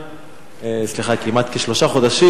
סליחה כמעט כשלושה חודשים,